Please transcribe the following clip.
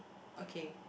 okay